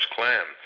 Klan